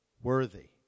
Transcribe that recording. Worthy